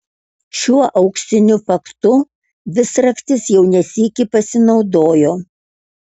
šiuo auksiniu faktu visraktis jau ne sykį pasinaudojo